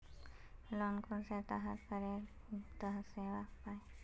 Loan कुंसम करे तरह से पास होचए?